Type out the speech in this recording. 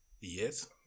Yes